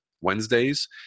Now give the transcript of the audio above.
Wednesdays